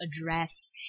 address